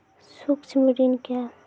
सुक्ष्म ऋण क्या हैं?